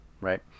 right